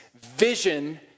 vision